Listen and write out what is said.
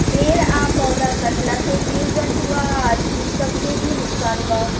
पेड़ आ पौधा कटला से जीव जंतु आ आदमी सब के भी नुकसान बा